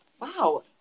Wow